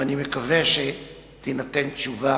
ואני מקווה שתינתן תשובה